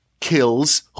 kills